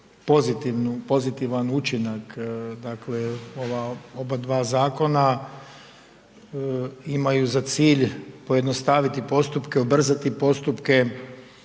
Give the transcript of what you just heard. pozitivan učinak. Dakle, ova oba dva zakona imaju za cilj pojednostaviti postupke, ubrzati postupke,